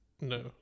no